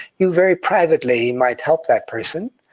you very privately might help that person,